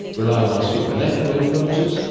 relying on supernatural influences,